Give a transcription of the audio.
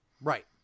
Right